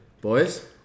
Boys